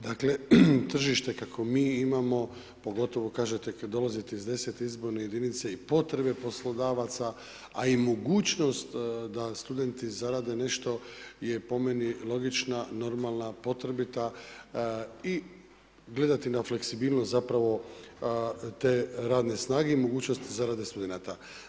Dakle, tržište kavo mi imamo, pogotovo kako kažete dolazite iz 10. izborne jedinice i potrebe poslodavaca, a i mogućnost da studenti zarade nešto, je po meni, logična, normalna, potrebita, i gledati na fleksibilnost zapravo te radne snage i mogućnost zarade studenata.